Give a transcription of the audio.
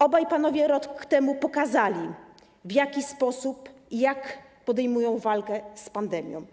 Obaj panowie rok temu pokazali, w jaki sposób podejmują walkę z pandemią.